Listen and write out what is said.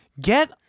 Get